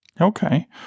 Okay